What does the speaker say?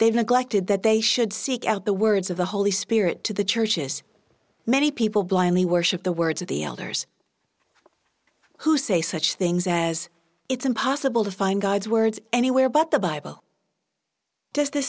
they've neglected that they should seek out the words of the holy spirit to the churches many people blindly worship the words of the elders who say such things as it's impossible to find god's words anywhere but the bible does the